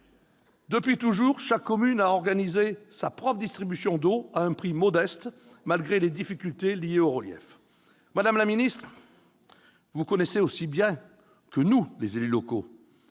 Depuis toujours, chaque commune de ce territoire a organisé sa propre distribution d'eau, et ce à un prix modeste, malgré les difficultés liées au relief. Madame la ministre, vous connaissez aussi bien que nous les élus locaux